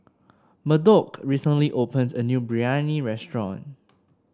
Murdock recently opened a new Biryani restaurant